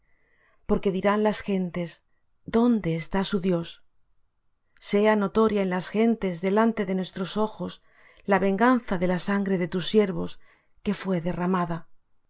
porque dirán las gentes dónde está su dios sea notoria en las gentes delante de nuestros ojos la venganza de la sangre de tus siervos que fué derramada